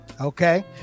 okay